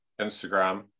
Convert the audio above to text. Instagram